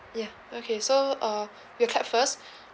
ya okay so uh we'll clap first